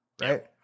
Right